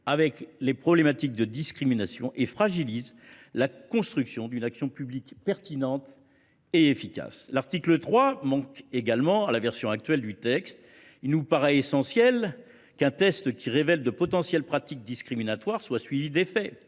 avec les problématiques de discrimination, et fragilise la construction d’une action publique pertinente et efficace. L’article 3 manque également à la version actuelle du texte. Il nous semble essentiel qu’un test qui révèle de potentielles pratiques discriminatoires soit suivi d’effets